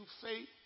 faith